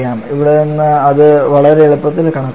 ഇവിടെനിന്ന് അത് വളരെ എളുപ്പത്തിൽ കണക്കാക്കാം